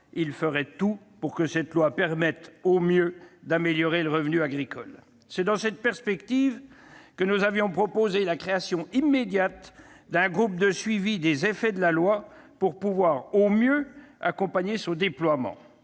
il ferait tout pour qu'elle permette au mieux d'améliorer le revenu agricole. C'est dans cette perspective que nous avions proposé la création immédiate d'un groupe de suivi des effets de la loi pour pouvoir au mieux accompagner son déploiement.